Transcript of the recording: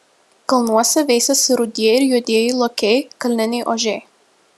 kalnuose veisiasi rudieji ir juodieji lokiai kalniniai ožiai